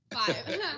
Five